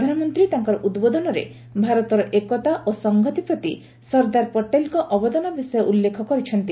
ପ୍ରଧାନମନ୍ତ୍ରୀ ତାଙ୍କର ଉଦ୍ବୋଧନରେ ଭାରତର ଏକତା ଓ ସଂହତି ପ୍ରତି ସର୍ଦ୍ଦାର ପଟେଲ୍ଙ୍କ ଅବଦାନ ବିଷୟ ଉଲ୍ଲେଖ କରିଛନ୍ତି